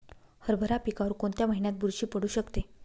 हरभरा पिकावर कोणत्या महिन्यात बुरशी पडू शकते?